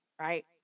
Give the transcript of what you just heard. right